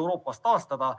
Euroopas taastama